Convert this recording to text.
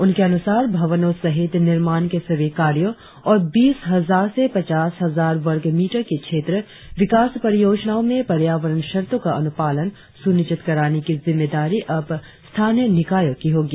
उनके अनुसार भवनों सहित निमार्ण के सभी कार्यों और बीस हजार से पचास हजार वर्ग मीटर की क्षेत्र विकास परियोजनाओं में पर्यावरण शर्तों का अनुपालन सुनिश्चित कराने की जिम्मेदारी अब स्थानीय निकायों की होगी